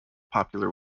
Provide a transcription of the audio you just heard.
popular